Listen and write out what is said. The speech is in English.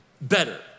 better